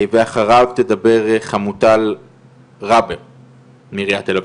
ואחריו תדבר חמוטל רבר מעיריית תל אביב.